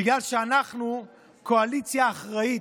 בגלל שאנחנו קואליציה אחראית,